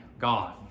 God